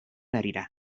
harira